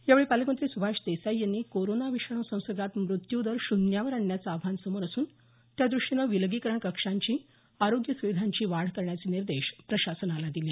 यावेळी पालकमंत्री सुभाष देसाई यांनी कोरोना विषाणू संसर्गात मृत्यू दर शून्यावर आणण्याचे आव्हान समोर असून त्यादृष्टीने विलगीकरण कक्षांची आरोग्य सुविधांची वाढ करण्याचे निर्देश प्रशासनाला दिले